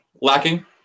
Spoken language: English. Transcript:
lacking